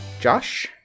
Josh